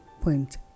point